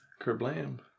Kerblam